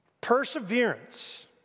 Perseverance